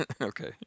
Okay